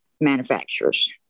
manufacturers